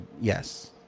Yes